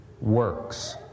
works